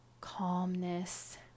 calmness